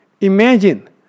Imagine